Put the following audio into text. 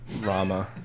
Rama